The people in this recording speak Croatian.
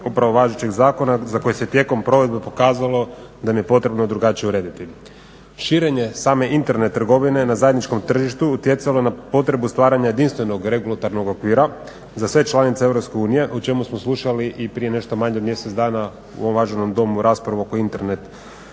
upravo važećeg zakona za koji se tijekom provedbe pokazalo da ih je potrebno drugačije urediti. Širenje same interne trgovine na zajedničkom tržištu utjecalo je na potrebu stvaranja jedinstvenog regulatornog okvira za sve članice EU o čemu smo slušali i prije nešto manje od mjesec dana u ovom uvaženom Domu raspravu oko Internet trgovine,